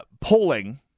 Polling